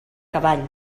cavall